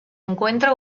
encuentra